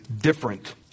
different